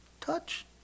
touch